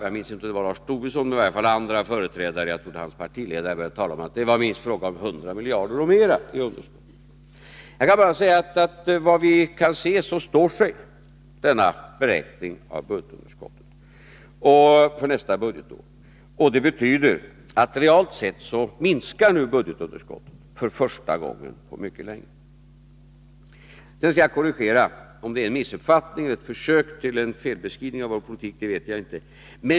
Jag minns inte om det var Lars Tobisson — jag tror det var hans partiledare — som började tala om att det var fråga om minst 100 miljarder och mera i budgetunderskott. Jag vill då säga att såvitt vi kan se står sig denna beräkning av budgetunderskottet för nästa budgetår. Det betyder att budgetunderskottet nu realt sett minskar för första gången på mycket länge. Jag skall korrigera en sak — om det var missuppfattning eller ett försök till en felbeskrivning av vår politik vet jag inte.